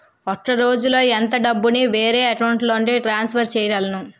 ఒక రోజులో ఎంత డబ్బుని వేరే అకౌంట్ లోకి ట్రాన్సఫర్ చేయగలను?